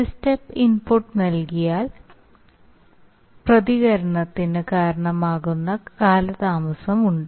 ഒരു step input നൽകിയാൽ പ്രതികരണത്തിന് കാരണമാകുന്ന കാലതാമസമുണ്ട്